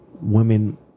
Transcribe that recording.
Women